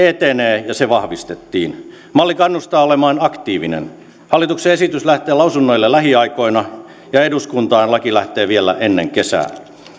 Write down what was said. etenee ja se vahvistettiin malli kannustaa olemaan aktiivinen hallituksen esitys lähtee lausunnoille lähiaikoina ja eduskuntaan laki lähtee vielä ennen kesää